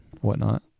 whatnot